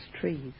trees